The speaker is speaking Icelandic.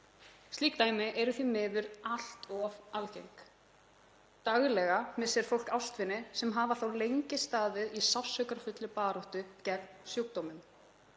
Slík dæmi eru því miður allt of algeng. Daglega missir fólk, ástvini sem hefur þá lengi staðið í sársaukafullri baráttu gegn sjúkdómum